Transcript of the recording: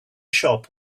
shop